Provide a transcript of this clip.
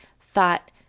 thought